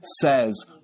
says